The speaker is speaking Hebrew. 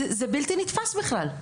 זה בלתי נתפס בכלל.